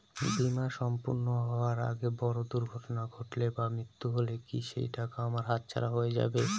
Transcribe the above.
বীমা সম্পূর্ণ হওয়ার আগে বড় দুর্ঘটনা ঘটলে বা মৃত্যু হলে কি সেইটাকা আমার হাতছাড়া হয়ে যাবে?